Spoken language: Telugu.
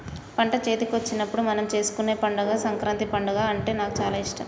పంట చేతికొచ్చినప్పుడు మనం చేసుకునే పండుగ సంకురాత్రి పండుగ అంటే నాకు చాల ఇష్టం